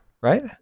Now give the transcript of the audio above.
right